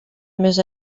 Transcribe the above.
més